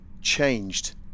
changed